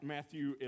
Matthew